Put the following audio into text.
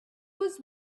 was